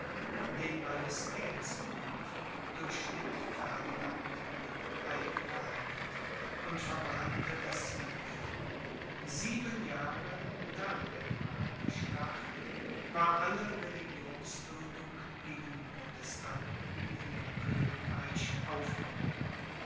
den majestätsbrief durchschnitt ferdinand mit eigener hand und verbrannte das siegel sieben jahre nach der prager schlacht war alle religionsduldung gegen die protestanten in dem königreich aufgehoben